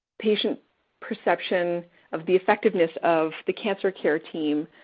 patient perception of the effectiveness of the cancer care team.